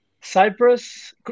Cyprus